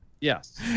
yes